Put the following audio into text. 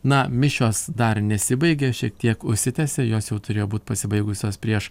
na mišios dar nesibaigė šiek tiek užsitęsė jos jau turėjo būt pasibaigusios prieš